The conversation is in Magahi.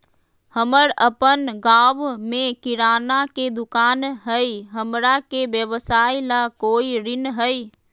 हमर अपन गांव में किराना के दुकान हई, हमरा के व्यवसाय ला कोई ऋण हई?